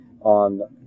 on